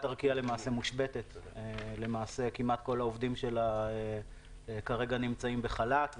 ארקיע מושבתת - כל העובדים שלה נמצאים בחל"ת,